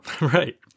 right